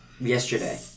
yesterday